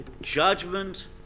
Judgment